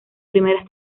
primeras